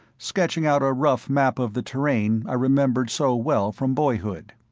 sketching out a rough map of the terrain i remembered so well from boyhood.